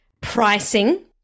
pricing